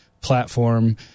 platform